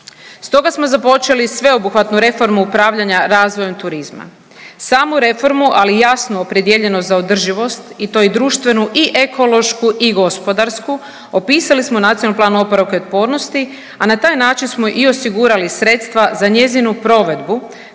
Stoga smo započeli sveobuhvatnu reformu upravljanja razvojem turizma. Samu reformu, ali i jasnu opredijeljenost za održivost i to i društvenu i ekološku i gospodarsku. Opisali smo na Nacionalnom planu oporavka i otpornosti, a na taj način smo i osigurali sredstva za njezinu provedbu